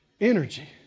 Energy